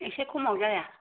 एसे खमाव जाया